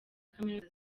kaminuza